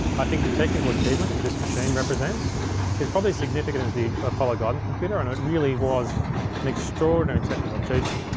i think the technical achievement that this machine represents is probably significant as the apollo guidance computer, and it really was an extraordinary technical achievement.